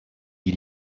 die